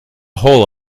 hole